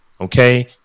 Okay